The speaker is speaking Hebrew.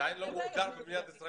עדיין לא מוגדר במדינת ישראל?